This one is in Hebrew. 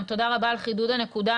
גם תודה רבה על חידוד הנקודה,